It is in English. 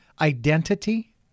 identity